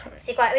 correct